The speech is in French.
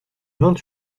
vingt